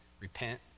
repent